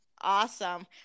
Awesome